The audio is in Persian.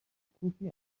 کوفی